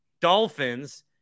dolphins